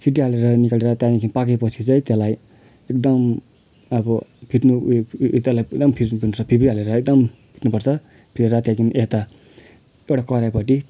city हालेर निकालेर त्यहाँदेखि पाकेपछि चाहिँ त्यसलाई एकदम अब फिट्नु उ त्यसलाई एकदम फिट्नुपर्छ फिर्की हालेर एकदम फिट्नुपर्छ फिटेर त्यहाँदेखि एउटा कराइपट्टि